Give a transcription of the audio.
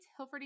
Hilferty &